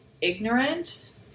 ignorant